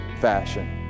fashion